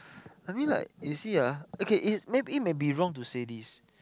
I mean like you see ah okay is maybe it may be wrong to say this